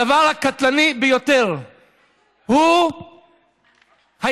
הדבר הקטלני ביותר הוא העישון.